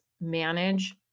manage